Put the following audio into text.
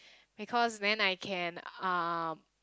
because then I can um